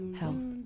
health